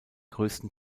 größten